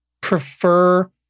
prefer